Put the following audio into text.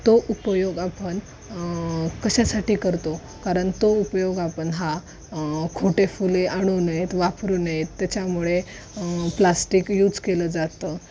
तो उपयोग आपण कशासाठी करतो कारण तो उपयोग आपण हा खोटे फुले आणू नयेत वापरू नयेत त्याच्यामुळे प्लास्टिक यूज केलं जातं